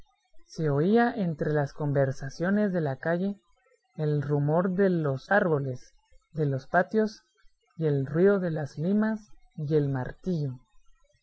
se oía entre las conversaciones de la calle el rumor de los árboles de los patios y el ruido de las limas y el martillo